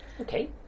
Okay